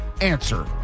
answer